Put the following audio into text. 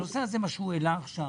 הנושא הזה שהוא העלה עכשיו,